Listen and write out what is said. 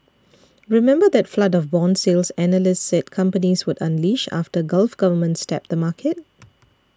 remember that flood of bond sales analysts said companies would unleash after Gulf governments tapped the market